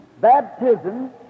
baptism